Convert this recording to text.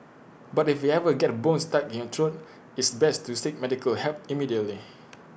but if you ever get A bone stuck in your throat it's best to seek medical help immediately